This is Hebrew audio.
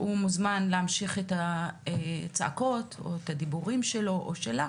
הוא מוזמן להמשיך את הצעקות או את הדיבורים שלו או שלה,